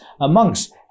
amongst